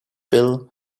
bill